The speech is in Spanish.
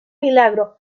milagro